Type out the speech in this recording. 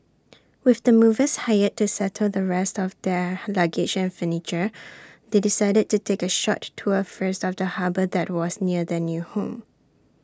with the movers hired to settle the rest of their luggage and furniture they decided to take A short tour first of the harbour that was near their new home